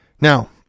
Now